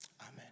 Amen